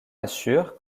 assure